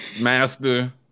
master